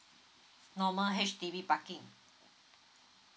normal H_D_B parking